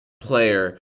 player